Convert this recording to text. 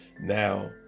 now